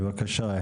בבקשה,